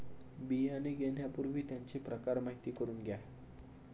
बियाणे घेण्यापूर्वी त्यांचे प्रकार माहिती करून घ्या